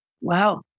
Wow